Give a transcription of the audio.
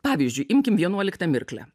pavyzdžiui imkim vienuoliktą mirklę